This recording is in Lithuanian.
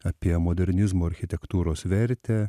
apie modernizmo architektūros vertę